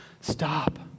Stop